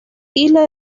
islas